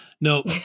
No